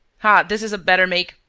ah, this is a better make!